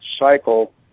cycle